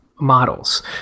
models